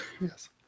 Yes